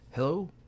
Hello